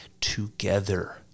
together